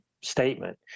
statement